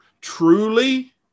truly